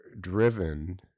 driven